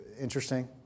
interesting